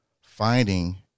Finding